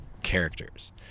characters